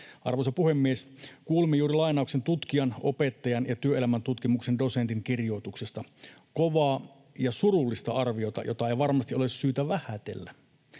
Arvoisa puhemies! Kuulimme juuri lainauksen tutkijan, opettajan ja työelämäntutkimuksen dosentin kirjoituksesta. Kovaa ja surullista arviota, jota ei varmasti ole syytä vähätellä.